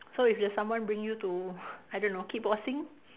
so if there's someone bring you to I don't know kickboxing